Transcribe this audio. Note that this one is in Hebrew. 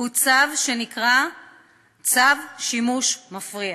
הוא הצו שנקרא צו שימוש מפריע,